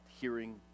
hearing